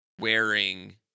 wearing